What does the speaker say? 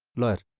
let